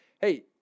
hey